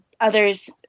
others